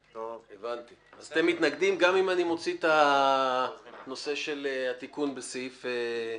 אז אתם מתנגדים גם אם אני מוציא את הנושא של התיקון בסעיף 15?